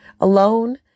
alone